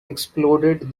exploded